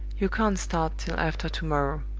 you can't start till after to-morrow.